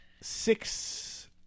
six